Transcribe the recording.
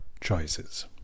choices